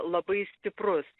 labai stiprus